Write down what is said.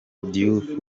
diouf